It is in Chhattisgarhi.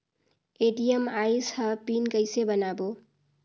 ए.टी.एम आइस ह पिन कइसे बनाओ?